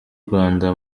rwanda